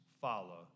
follow